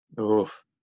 Oof